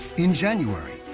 in january,